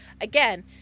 Again